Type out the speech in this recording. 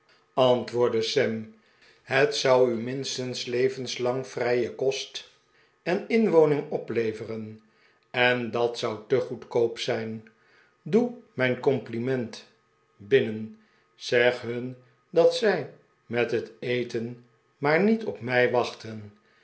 antwoordde sam het zou u minstens levenslang vrije kost en inwoning opleveren en dat zou te goedkoop zijn doe mijn compliment binnen zeg hun dat zij met het eten maar niet op mij wachten